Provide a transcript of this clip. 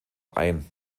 ein